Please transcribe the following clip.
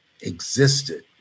existed